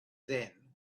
then